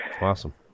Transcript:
Awesome